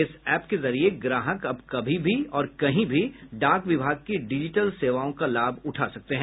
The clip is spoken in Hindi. इस एप के जरिये ग्राहक अब कभी भी और कहीं भी डाक विभाग की डिजिटल सेवाओं का लाभ उठा सकते हैं